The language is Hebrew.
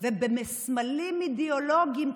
ובסמלים אידיאולוגיים,